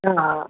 हा